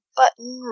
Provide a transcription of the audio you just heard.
button